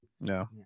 No